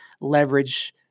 leverage